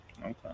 Okay